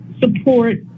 support